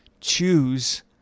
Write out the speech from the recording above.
Choose